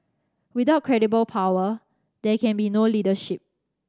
without credible power there can be no leadership